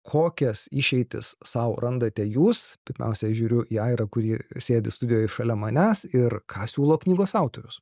kokias išeitis sau randate jūs pirmiausia žiūriu į airą kuri sėdi studijoj šalia manęs ir ką siūlo knygos autorius